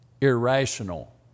irrational